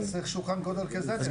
ביהדות אומרים מגלגלים זכות על ידי זכאי.